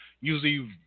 usually